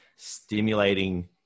stimulating